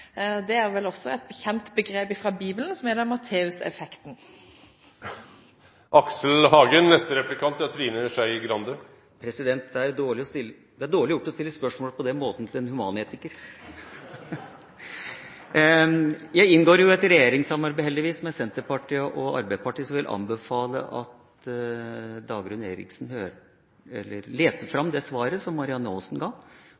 Det er vel også et kjent begrep fra Bibelen, som heter Matteuseffekten. Det er dårlig gjort å stille spørsmål på den måten til en humanetiker. Jeg inngår jo heldigvis i et regjeringssamarbeid med Senterpartiet og Arbeiderpartiet, så jeg vil anbefale Dagrun Eriksen å lete fram det svaret som Marianne Aasen ga